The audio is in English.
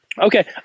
Okay